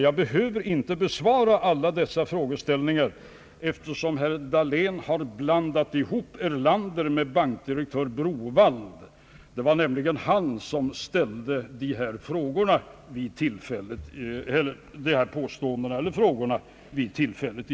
Jag behöver inte besvara alla de frågor herr Dahlén berörde, eftersom herr Dahlén har förväxlat herr Erlander med bankdirektör Browaldh. Det var nämligen den senare som gjorde det här påståendet.